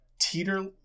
teeter